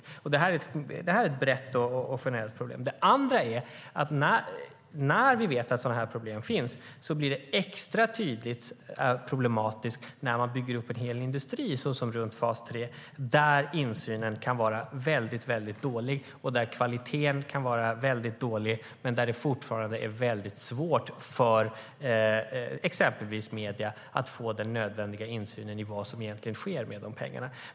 Det är ett brett och generellt problem. Det andra är att när vi vet att sådana problem finns blir det extra problematiskt när man bygger upp en hel industri, såsom runt fas 3, där insynen kan vara väldigt begränsad och kvaliteten kan vara väldigt dålig men där det fortfarande är svårt för exempelvis medier att få den nödvändiga insynen i vad som händer med pengarna.